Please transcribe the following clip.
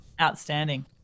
outstanding